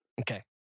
okay